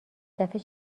دفعه